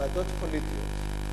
ועדות פוליטיות.